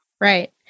Right